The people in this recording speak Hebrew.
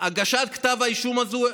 הגשת כתב האישום הזו,